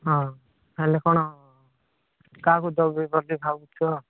ହଁ ତା ହେଲେ କ'ଣ କାହାକୁ ଦେବ ବୋଲି ଭାବୁଛ